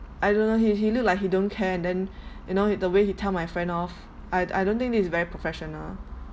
I don't know he he look like he don't care then you know the way he tell my friend off I I don't think this is very professional